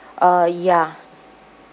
uh ya